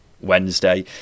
Wednesday